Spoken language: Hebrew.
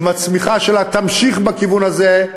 אם הצמיחה שלה תמשיך בכיוון הזה.